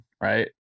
Right